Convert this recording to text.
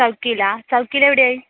സൗക്കിലാ സൗക്കിൽ എവിടെയായി